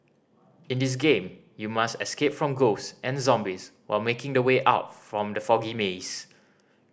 in this game you must escape from ghosts and zombies while making the way out from the foggy maze